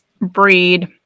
breed